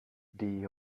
die